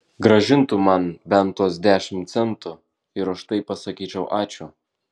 grąžintų man bent tuos dešimt centų ir už tai pasakyčiau ačiū